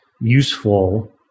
useful